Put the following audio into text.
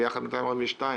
ביחד זה 242 מיליון.